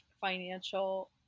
financial